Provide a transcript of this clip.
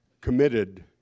committed